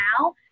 now